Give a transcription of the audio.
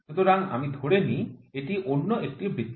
সুতরাং আমি ধরেনি এটি অন্য একটি বৃত্ত